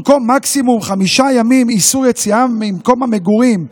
במקום מקסימום 5 ימים איסור יציאה ממקום המגורים,